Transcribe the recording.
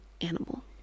animal